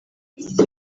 ibyo